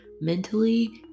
mentally